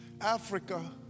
Africa